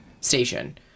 station